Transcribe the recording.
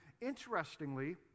interestingly